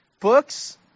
books